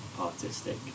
artistic